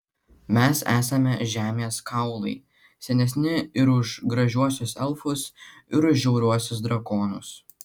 mes esame žemės kaulai senesni ir už gražiuosius elfus ir už žiauriuosius drakonus